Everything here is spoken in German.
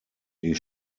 die